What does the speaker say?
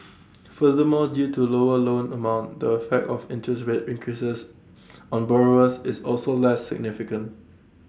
furthermore due to lower loan amount the effect of interest rate increases on borrowers is also less significant